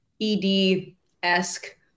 ED-esque